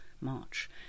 March